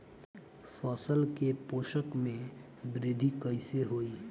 फसल के पोषक में वृद्धि कइसे होई?